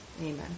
amen